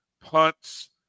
punts